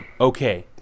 okay